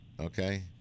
okay